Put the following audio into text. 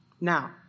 Now